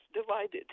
divided